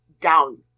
down